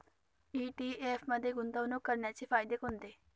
ETF मध्ये गुंतवणूक करण्याचे फायदे कोणते?